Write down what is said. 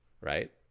Right